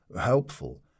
helpful